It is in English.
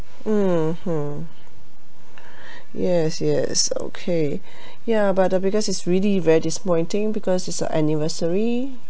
mmhmm yes yes okay ya but uh because it's really very disappointing because it's a anniversary